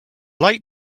late